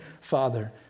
father